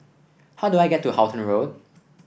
how do I get to Halton Road